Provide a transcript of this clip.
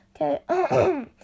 okay